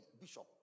Bishop